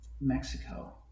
Mexico